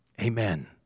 Amen